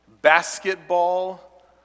basketball